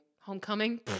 Homecoming